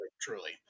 truly